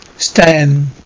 Stan